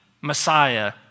Messiah